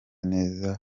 neza